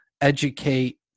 educate